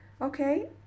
Okay